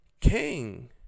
King